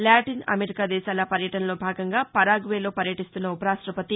Latin America దేశాల పర్యటనలో భాగంగా పరాగ్వేలో పర్యటిస్తున్న ఉపరాష్టపతి